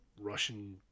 Russian